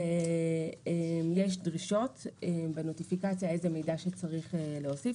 ויש דרישות בנוטיפיקציה איזה מידע שהוא צריך להוסיף.